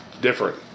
different